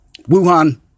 Wuhan